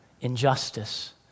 injustice